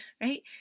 right